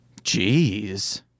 Jeez